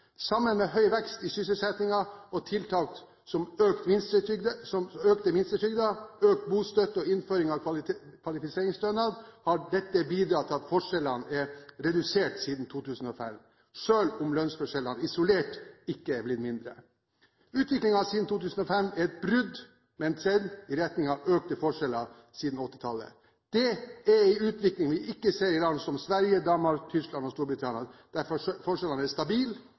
Sammen med høy vekst i sysselsettingen og tiltak som økte minstetrygder, økt bostøtte og innføring av kvalifiseringsstønad har dette bidratt til at forskjellene er redusert siden 2005, selv om lønnsforskjellene isolert ikke er blitt mindre. Utviklingen siden 2005 er et brudd med en trend i retning av økte forskjeller siden 1980-tallet. Dette er en utvikling vi ikke ser i land som Sverige, Danmark, Tyskland og Storbritannia, der forskjellene er stabile